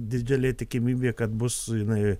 didelė tikimybė kad bus jinai